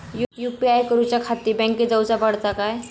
UPI करूच्याखाती बँकेत जाऊचा पडता काय?